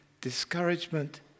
discouragement